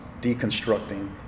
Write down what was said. deconstructing